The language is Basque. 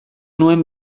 nuen